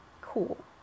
Cool